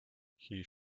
his